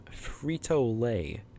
Frito-Lay